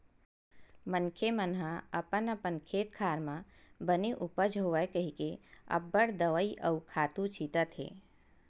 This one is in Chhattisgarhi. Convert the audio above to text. मनखे मन ह अपन अपन खेत खार म बने उपज होवय कहिके अब्बड़ दवई अउ खातू छितत हे